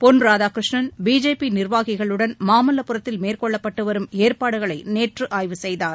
Pon Radhakrishnan BJP நிர்வாகிகளுடன் மாமல்லபுரத்தில் மேற்கொள்ளப்பட்டு வரும் ஏற்பாடுகளை நேற்று ஆய்வு செய்தார்